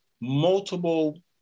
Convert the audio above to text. multiple